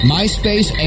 MySpace